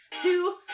two